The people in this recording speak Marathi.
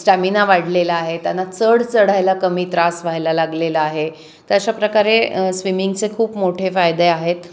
स्टॅमिना वाढलेला आहे त्यांना चढ चढायला कमी त्रास व्हायला लागलेला आहे तर अशा प्रकारे स्विमिंगचे खूप मोठे फायदे आहेत